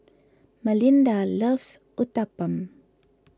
Malinda loves Uthapam